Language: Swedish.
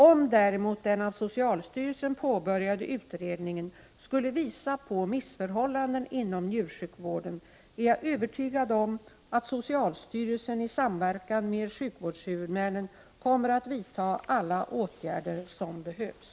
Om däremot den av socialstyrelsen påbörjade utredningen skulle visa på missförhållanden inom njursjukvården, är jag övertygad om att socialstyrelsen i samverkan med sjukvårdshuvudmännen kommer att vidta alla åtgärder som behövs.